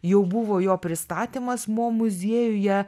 jau buvo jo pristatymas mo muziejuje